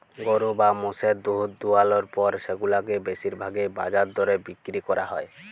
গরু বা মোষের দুহুদ দুয়ালর পর সেগুলাকে বেশির ভাগই বাজার দরে বিক্কিরি ক্যরা হ্যয়